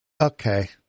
okay